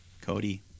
Cody